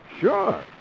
Sure